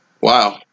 Wow